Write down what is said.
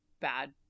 bad